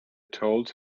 told